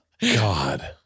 God